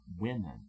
women